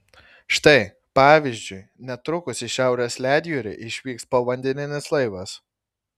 štai pavyzdžiui netrukus į šiaurės ledjūrį išvyks povandeninis laivas